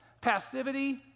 Passivity